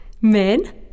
Men